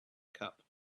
cup